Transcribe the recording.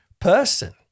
person